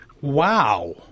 Wow